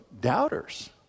doubters